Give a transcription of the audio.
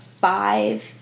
five